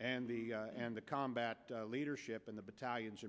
and the and the combat leadership in the battalions